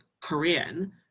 Korean